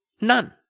None